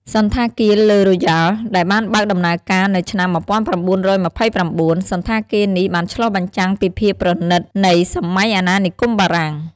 សណ្ឋាគារ ឡឺ រូយ៉ាល់ ដែលបានបើកដំណើរការនៅឆ្នាំ ១៩២៩ សណ្ឋាគារនេះបានឆ្លុះបញ្ចាំងពីភាពប្រណីតនៃសម័យអាណានិគមបារាំង។